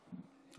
נכבדה,